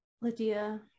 Lydia